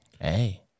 Hey